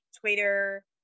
Twitter